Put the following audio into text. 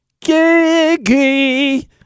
Giggy